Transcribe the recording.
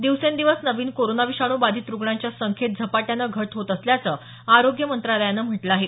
दिवसेंदिवस नवीन कोरोना विषाणू बाधित रुग्णांच्या संख्येत झपाट्यानं घट होत असल्याचं आरोग्य मंत्रालयानं म्हटलं आहे